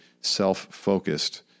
self-focused